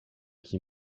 qui